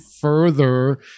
further